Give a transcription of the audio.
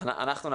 ומה עם ההורים?